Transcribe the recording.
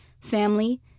family